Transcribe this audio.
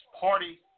party